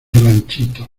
ranchito